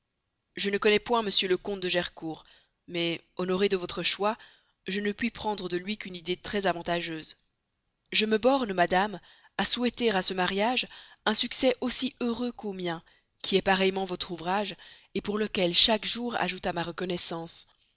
je ne connais point m le comte de gercourt mais honoré de votre choix je ne puis prendre de lui qu'une idée très avantageuse je me borne madame à souhaiter à ce mariage un succès aussi heureux qu'au mien qui est pareillement votre ouvrage pour lequel chaque jour ajoute à ma reconnaissance